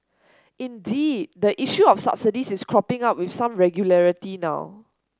indeed the issue of subsidies is cropping up with some regularity now